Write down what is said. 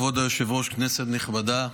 כבוד היושב-ראש, כנסת נכבדה,